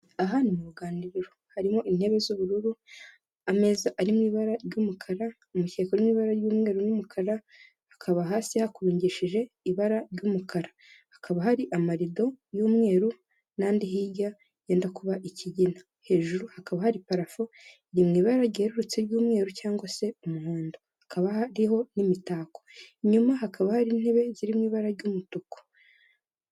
Aha ni mu ruganiriro harimo intebe z'ubururu, ameza ari mu ibara ry'umukara, umukeka uri mu ibara ry'umweru n'umukara, hakaba hasi hakurungishije ibara ry'umukara, hakaba hari amarido y'umweru n'andi hirya yenda kuba ikigina, hejuru hakaba hari parafo iri mu ibara ryerurutse ry'umweru cyangwag se umuhondo, hakaba hariho n'imitako, inyuma hakaba hari intebe ziri mu ibara ry'umutuku.